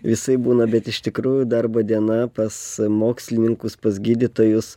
visaip būna bet iš tikrųjų darbo diena pas mokslininkus pas gydytojus